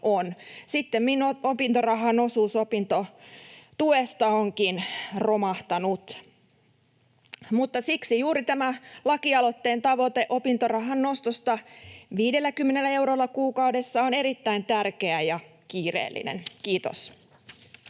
Sittemmin opintorahan osuus opintotuesta onkin romahtanut, mutta siksi juuri tämä lakialoitteen tavoite opintorahan nostosta 50 eurolla kuukaudessa on erittäin tärkeä ja kiireellinen. — Kiitos.